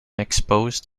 exposed